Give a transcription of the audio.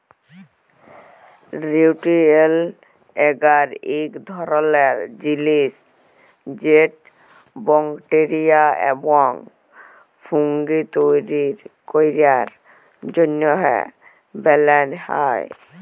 লিউটিরিয়েল্ট এগার ইক ধরলের জিলিস যেট ব্যাকটেরিয়া এবং ফুঙ্গি তৈরি ক্যরার জ্যনহে বালাল হ্যয়